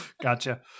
Gotcha